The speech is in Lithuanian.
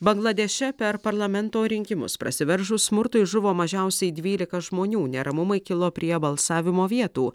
bangladeše per parlamento rinkimus prasiveržus smurtui žuvo mažiausiai dvylika žmonių neramumai kilo prie balsavimo vietų